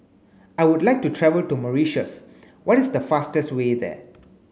I would like to travel to Mauritius what is the fastest way there